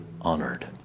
honored